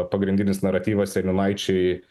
pagrindinis naratyvas seniūnaičiai